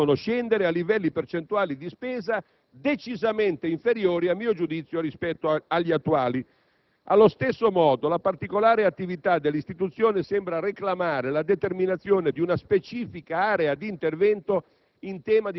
che devono scendere a livelli percentuali di spesa decisamente inferiori, a mio giudizio, rispetto agli attuali. Allo stesso modo, la particolare attività dell'istituzione sembra reclamare la determinazione di una specifica area di intervento